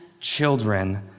children